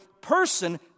person